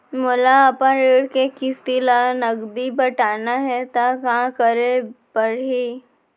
मोला अपन ऋण के किसती ला नगदी पटाना हे ता का करे पड़ही?